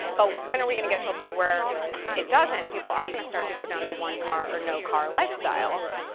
but when are we going to get to a point where it doesn't. people are going to start to go down to one car or no car lifestyle. right, right,